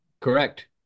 Correct